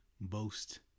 boast